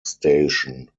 station